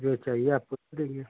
जो चाहिए आपको सब देंगे